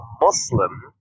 Muslim